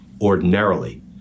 ordinarily